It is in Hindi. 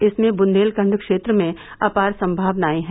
इसमें ब्रंदेलखंड क्षेत्र में अपार संमावनाएं हैं